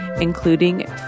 including